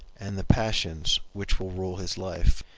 and the passions which will rule his life.